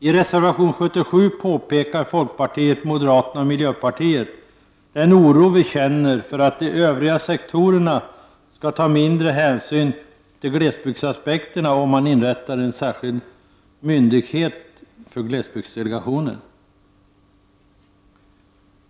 I reservation 77 framhåller folkpartiet, moderaterna och miljöpartiet den oro som de känner för att de övriga sektorerna skall ta mindre hänsyn till glesbygdsaspekterna, om man inrättar en särskild myndighet för glesbygdsdelegationen.